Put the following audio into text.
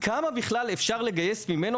פשוט ולגייס ממנו